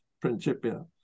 Principia